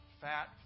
fat